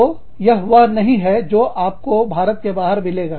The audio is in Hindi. तो यह वह नहीं है जो आपको भारत के बाहर मिलेगा